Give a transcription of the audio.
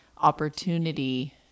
opportunity